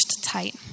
tight